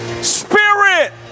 spirit